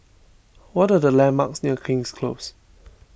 what are the landmarks near King's Close